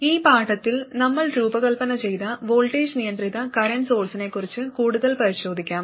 ഈ പാഠത്തിൽ നമ്മൾ രൂപകൽപ്പന ചെയ്ത വോൾട്ടേജ് നിയന്ത്രിത കറന്റ് സോഴ്സിനെക്കുറിച്ച് കൂടുതൽ പരിശോധിക്കും